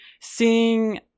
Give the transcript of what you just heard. seeing